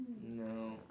No